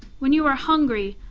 when you are hungry,